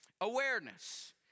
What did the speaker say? Awareness